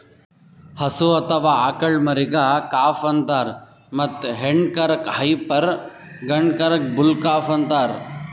ಹಸು ಅಥವಾ ಆಕಳ್ ಮರಿಗಾ ಕಾಫ್ ಅಂತಾರ್ ಮತ್ತ್ ಹೆಣ್ಣ್ ಕರಕ್ಕ್ ಹೈಪರ್ ಗಂಡ ಕರಕ್ಕ್ ಬುಲ್ ಕಾಫ್ ಅಂತಾರ್